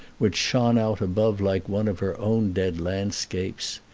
which shone out above like one of her own dead landscapes.